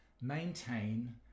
maintain